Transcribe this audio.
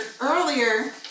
earlier